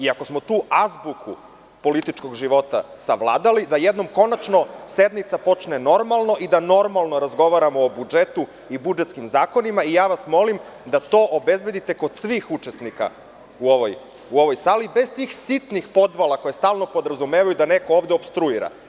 Ako smo tu azbuku političkog života savladali, da jednom konačnom sednica počne normalno i da normalno razgovaramo o budžetu i budžetskim zakonima i molim vas da to obezbedite kod svih učesnika u ovoj sali, bez tih sitnih podvala koje stalno podrazumevaju da neko ovde opstruira.